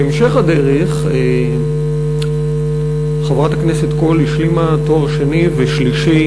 בהמשך הדרך חברת הכנסת קול השלימה תואר שני ושלישי